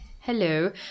Hello